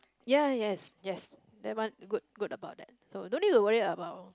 ya ya yes yes that one good good about that so no need to worry about